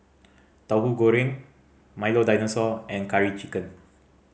Tauhu Goreng Milo Dinosaur and Curry Chicken